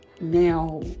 now